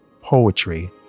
Poetry